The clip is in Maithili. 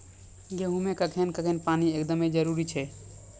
गेहूँ मे कखेन कखेन पानी एकदमें जरुरी छैय?